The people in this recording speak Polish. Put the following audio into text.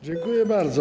Dziękuję bardzo.